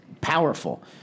powerful